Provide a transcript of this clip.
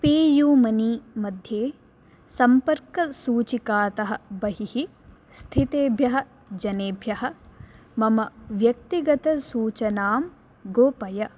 P U money मध्ये सम्पर्कसूचिकातः बहिः स्थितेभ्यः जनेभ्यः मम व्यक्तिगतसूचनां गोपय